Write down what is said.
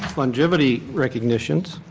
longevity recognitions.